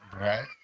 right